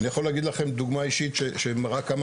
אני יכול להגיד לכם דוגמה אישית שמראה עד כמה